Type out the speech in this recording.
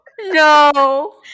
No